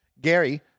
Gary